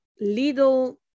little